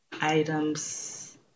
items